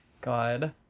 God